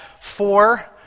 four